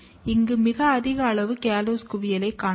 இங்கு மிக அதிக அளவு காலோஸ் குவியலைக் காணலாம்